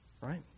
right